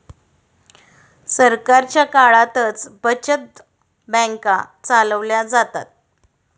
सरकारच्या काळातच बचत बँका चालवल्या जातात